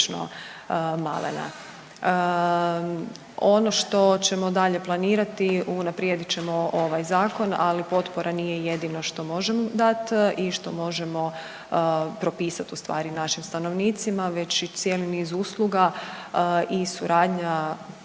Ono što ćemo dalje planirati, unaprijedit ćemo ovaj zakon ali potpora nije jedino što možemo dati i što možemo propisati ustvari našim stanovnicima već i cijeli niz usluga i suradnja sa